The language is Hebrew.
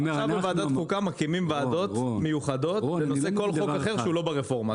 בוועדת החוקה מקימים ועדות מיוחדת לנושא כל חוק אחר שהוא לא ברפורמה.